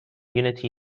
unity